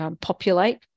populate